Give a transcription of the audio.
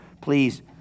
please